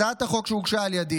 הצעת החוק שהוגשה על ידי